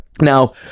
Now